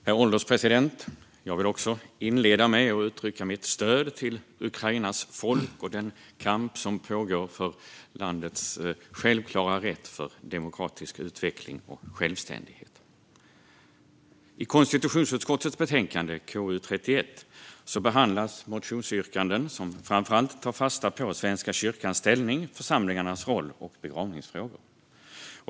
Herr ålderspresident! Också jag vill inleda med att uttrycka mitt stöd till Ukrainas folk och den kamp som pågår för landets självklara rätt till demokratisk utveckling och självständighet. I konstitutionsutskottets betänkande KU31 behandlas motionsyrkanden som framför allt tar fasta på Svenska kyrkans ställning, församlingarnas roll och begravningsfrågor.